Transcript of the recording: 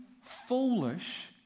foolish